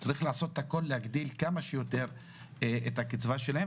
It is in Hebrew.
צריך לעשות הכול להגדיל כמה שיותר את הקצבה שלה.